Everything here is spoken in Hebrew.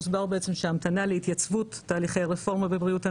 הוסבר בעצם שההמתנה להתייצבות תהליכי רפורמה בבריאות הנפש,